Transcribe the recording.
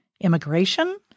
Immigration